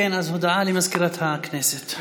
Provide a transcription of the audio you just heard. הודעה למזכירת הכנסת.